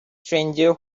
stranger